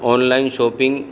on line shopping